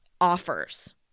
offers